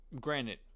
granted